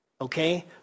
Okay